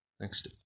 Next